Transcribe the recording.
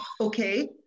Okay